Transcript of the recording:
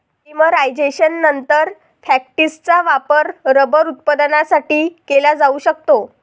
पॉलिमरायझेशननंतर, फॅक्टिसचा वापर रबर उत्पादनासाठी केला जाऊ शकतो